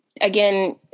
again